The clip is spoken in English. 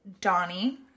Donnie